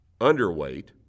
underweight